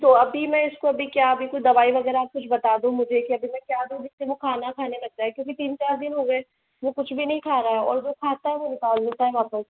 तो अभी मैं इसको अभी क्या अभी कोई दवाई वगैरह कुछ बता दो मुझे कि अभी मैं क्या दूँ जिस से से वो खाना खाने लग जाए है क्योंकि तीन चार दिन हो गए वो कुछ भी नहीं खा रहा है और वो खाता है वो निकाल देता है वापस